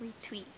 retweet